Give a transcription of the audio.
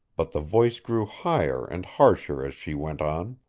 but the voice grew higher and harsher as she went on.